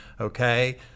Okay